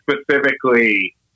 specifically